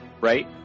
right